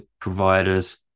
providers